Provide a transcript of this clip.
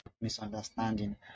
misunderstanding